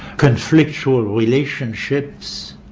conflictual relationships